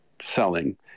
selling